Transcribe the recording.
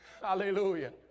Hallelujah